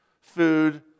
food